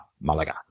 Malaga